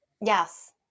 Yes